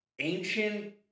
ancient